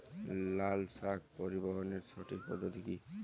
লালশাক পরিবহনের সঠিক পদ্ধতি কি?